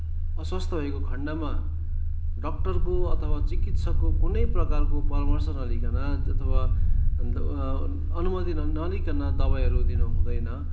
अस्वस्थ भएको खण्डमा डक्टरको अथवा चिकित्सकको कुनै प्रकारको परामर्श नलिइकन अथवा अनुमति नलिइकन दवाईहरू दिनु हुँदैन